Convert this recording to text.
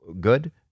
good